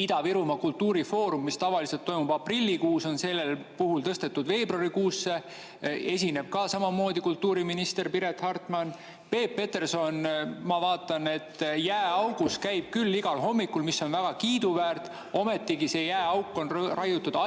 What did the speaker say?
Ida-Virumaa kultuurifoorum, mis tavaliselt toimub aprillikuus, on sel puhul tõstetud veebruarikuusse ja seal esineb samamoodi kultuuriminister Piret Hartman. Peep Petersoni puhul ma vaatan, et jääaugus käib ta küll igal hommikul, mis on väga kiiduväärt, ometigi on see jääauk raiutud